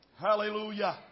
Hallelujah